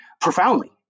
profoundly